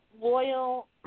loyal